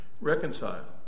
reconcile